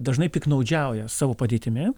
dažnai piktnaudžiauja savo padėtimi